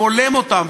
ובולם אותם,